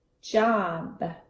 job